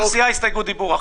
כל סיעה הסתייגות דיבור אחת.